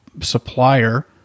supplier